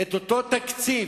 את אותו תקציב,